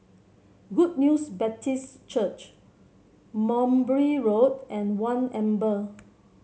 Good News Baptist Church Mowbray Road and One Amber